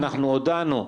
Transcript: אנחנו הודענו ואמרנו,